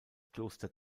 kloster